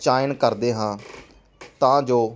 chain ਕਰਦੇ ਹਾਂ ਤਾਂ ਜੋ